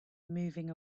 moving